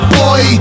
boy